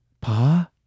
Pa